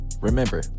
Remember